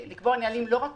צריך לקבוע נהלים, לא רק